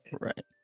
Right